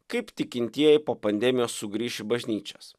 kaip tikintieji po pandemijos sugrįš į bažnyčios